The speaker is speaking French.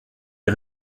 les